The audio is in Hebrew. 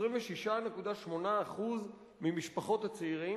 26.8% ממשפחות הצעירים,